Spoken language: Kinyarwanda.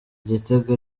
igitego